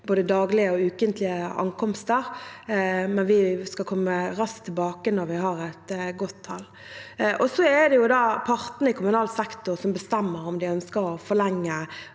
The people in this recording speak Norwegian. de daglige og ukentlige ankomstene. Vi skal komme raskt tilbake når vi har et godt tall. Så er det partene i kommunal sektor som bestemmer om de ønsker å forlenge